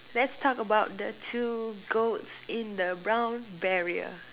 let's talk about the two goats in the brown barrier